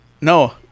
no